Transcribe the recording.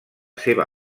seva